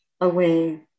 away